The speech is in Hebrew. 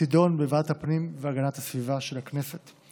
תידון בוועדת הפנים והגנת הסביבה של הכנסת.